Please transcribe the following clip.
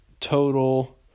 total